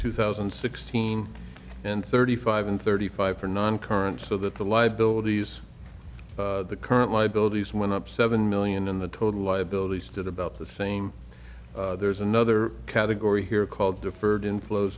and sixteen and thirty five and thirty five for non current so that the liabilities the current liabilities went up seven million in the total liabilities did about the same there's another category here called deferred infl